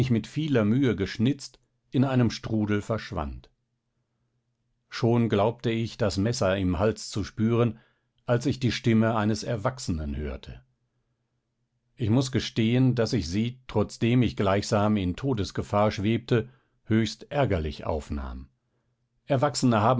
mit vieler mühe geschnitzt in einem strudel verschwand schon glaubte ich das messer im hals zu spüren als ich die stimme eines erwachsenen hörte ich muß gestehen daß ich sie trotzdem ich gleichsam in todesgefahr schwebte höchst ärgerlich aufnahm erwachsene